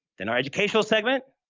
then our educational segment,